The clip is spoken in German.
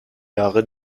jahre